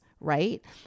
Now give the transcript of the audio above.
right